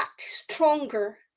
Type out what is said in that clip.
stronger